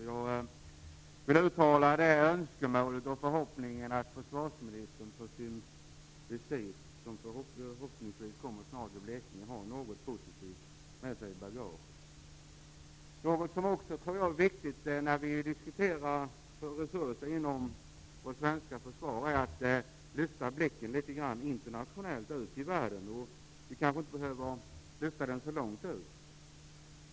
Jag vill uttala önskemålet och förhoppningen att försvarsministern på sin visit i Blekinge, som förhoppningsvis kommer snart, har något positivt med sig i bagaget. Något som också är viktigt när vi diskuterar resurser inom vårt svenska försvar är att lyfta blicken ut i världen. Vi kanske inte behöver lyfta den så långt ut.